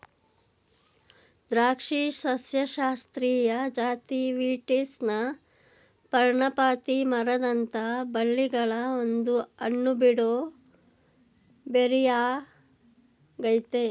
ದ್ರಾಕ್ಷಿ ಸಸ್ಯಶಾಸ್ತ್ರೀಯ ಜಾತಿ ವೀಟಿಸ್ನ ಪರ್ಣಪಾತಿ ಮರದಂಥ ಬಳ್ಳಿಗಳ ಒಂದು ಹಣ್ಣುಬಿಡೋ ಬೆರಿಯಾಗಯ್ತೆ